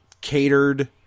catered